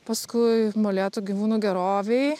paskui molėtų gyvūnų gerovėj